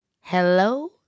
Hello